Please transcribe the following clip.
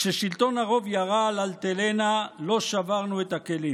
כששלטון הרוב ירה על אלטלנה, לא שברנו את הכלים,